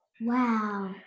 Wow